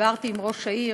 כשדיברתי עם ראש העיר,